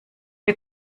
wir